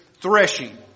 threshing